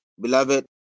beloved